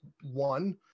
one